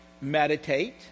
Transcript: meditate